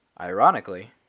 ironically